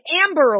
Amber